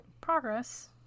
Progress